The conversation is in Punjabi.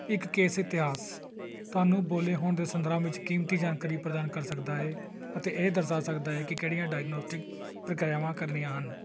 ਇੱਕ ਕੇਸ ਇਤਿਹਾਸ ਤੁਹਾਨੂੰ ਬੋਲ਼ੇ ਹੋਣ ਦੇ ਸੰਦਰਭ ਵਿੱਚ ਕੀਮਤੀ ਜਾਣਕਾਰੀ ਪ੍ਰਦਾਨ ਕਰ ਸਕਦਾ ਹੈ ਅਤੇ ਇਹ ਦਰਸਾ ਸਕਦਾ ਹੈ ਕਿ ਕਿਹੜੀਆਂ ਡਾਇਗਨੌਸਟਿਕ ਪ੍ਰਕਿਰਿਆਵਾਂ ਕਰਨੀਆਂ ਹਨ